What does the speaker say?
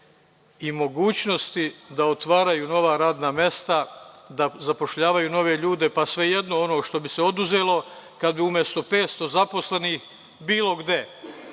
i mogućnosti da otvaraju nova radna mesta, da zapošljavaju nove ljude, pa svejedno ono što bi se oduzelo, kad bi umesto 500 zaposlenih bilo gde,